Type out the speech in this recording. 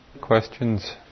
Questions